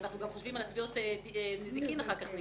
אנחנו חושבים על תביעות נזיקין נגדנו.